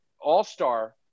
all-star